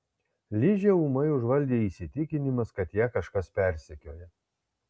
ližę ūmai užvaldė įsitikinimas kad ją kažkas persekioja